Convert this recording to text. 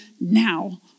now